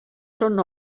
són